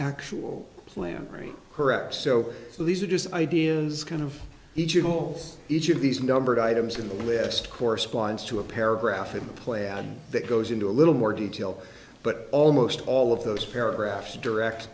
actual plan right correct so these are just ideas kind of each you know each of these numbered items in the list corresponds to a paragraph in the plan that goes into a little more detail but almost all of those paragraphs direct